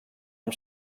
amb